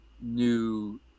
new